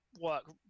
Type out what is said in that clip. work